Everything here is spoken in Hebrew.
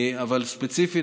אבל ספציפית,